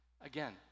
Again